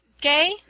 gay